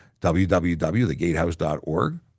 www.thegatehouse.org